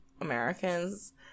americans